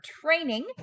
training